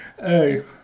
Hey